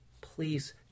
please